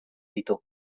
ditu